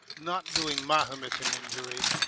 not doing mahomet an injury,